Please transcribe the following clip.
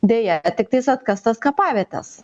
deja tiktais atkastas kapavietes